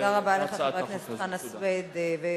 תודה רבה לחבר הכנסת חנא סוייד,